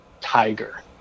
tiger